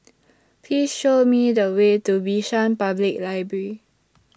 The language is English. Please Show Me The Way to Bishan Public Library